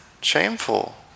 shameful